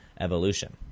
evolution